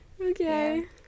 Okay